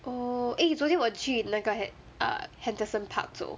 oh eh 昨天我去那个 hend~ err henderson park 走